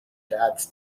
dad’s